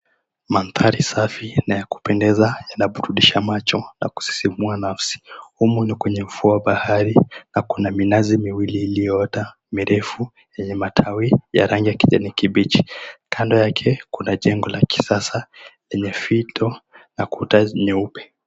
Mandhari safi na ya kupendeza yanaburudisha macho na kusisimua nafsi. Humu ni kweny𝑒 𝑢𝑓𝑢𝑜 wa bahari na kuna minazi miwili iliyoota mirefu yenye matawi ya rangi ya kijani kibichi. Kando yake kuna jengo la kisasa lenye fito na kuta nyeupe.